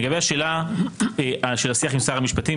לגבי השאלה של השיח עם שר המשפטים.